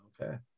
Okay